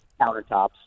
countertops